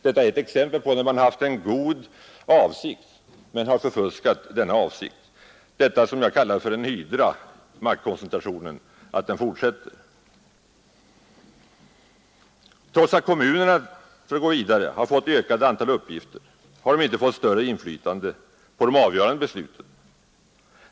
Detta är ett exempel på hur det går när man haft en god avsikt men förfuskat en riktig idé. Därför att denna maktkoncentration fortsätter har jag kallat den en hydra. Trots att kommunerna fått ökat antal uppgifter, har de inte fått större inflytande på de avgörande besluten.